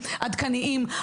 עדכניים,